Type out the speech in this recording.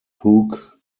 hook